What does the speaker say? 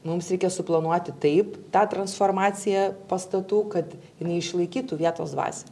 mums reikia suplanuoti taip tą transformaciją pastatų kad jinai išlaikytų vietos dvasią